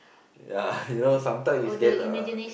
ya you know sometime you scared uh